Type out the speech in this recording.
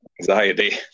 anxiety